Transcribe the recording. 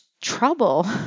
trouble